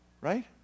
Right